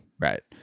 Right